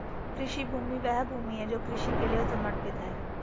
कृषि भूमि वह भूमि है जो कृषि के लिए समर्पित है